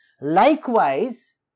Likewise